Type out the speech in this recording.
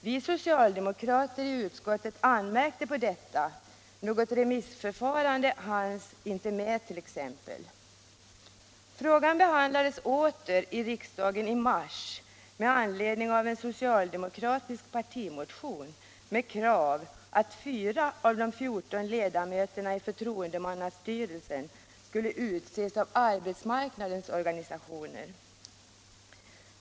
Vi socialdemokrater i utskottet anmärkte på detta — något remissförfarande hanns t.ex. inte med. cialdemokratisk partimotion med krav att fyra av de 14 ledamöterna i förtroendemannastyrelsen skulle utses av arbetsmarknadens organisationer.